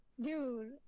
dude